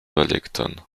wellington